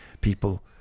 people